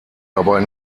dabei